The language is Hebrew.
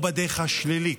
או בדרך השלילית,